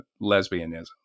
lesbianism